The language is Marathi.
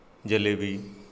जिलेबी